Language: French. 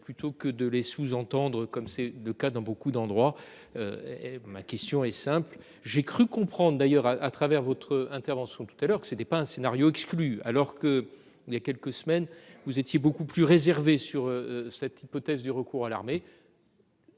plutôt que de les sous-entendre comme c'est le cas dans beaucoup d'endroits. Et ma question est simple, j'ai cru comprendre d'ailleurs à à travers votre intervention tout à l'heure que c'était pas un scénario exclu alors que il y a quelques semaines, vous étiez beaucoup plus réservé sur cette hypothèse du recours à l'armée.